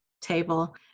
table